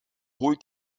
holt